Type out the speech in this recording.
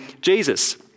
Jesus